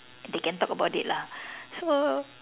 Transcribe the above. they can talk about it lah so